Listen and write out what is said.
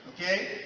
Okay